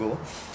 go